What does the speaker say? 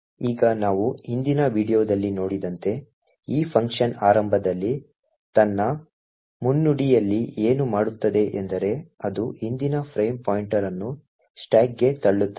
ಈಗ ನಾವು ಹಿಂದಿನ ವೀಡಿಯೋದಲ್ಲಿ ನೋಡಿದಂತೆ ಈ ಫಂಕ್ಷನ್ ಆರಂಭದಲ್ಲಿ ತನ್ನ ಮುನ್ನುಡಿಯಲ್ಲಿ ಏನು ಮಾಡುತ್ತದೆ ಎಂದರೆ ಅದು ಹಿಂದಿನ ಫ್ರೇಮ್ ಪಾಯಿಂಟರ್ ಅನ್ನು ಸ್ಟಾಕ್ಗೆ ತಳ್ಳುತ್ತದೆ